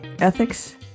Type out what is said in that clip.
ethics